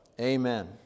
Amen